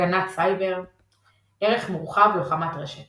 הגנת סייבר ערך מורחב – לוחמת רשת